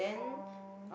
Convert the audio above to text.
oh